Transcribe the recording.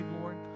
Lord